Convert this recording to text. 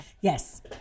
Yes